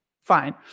fine